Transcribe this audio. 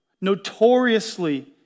notoriously